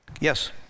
yes